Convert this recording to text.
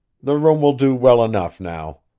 the room will do well enough now.